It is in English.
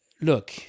look